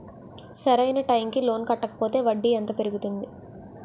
సరి అయినా టైం కి లోన్ కట్టకపోతే వడ్డీ ఎంత పెరుగుతుంది?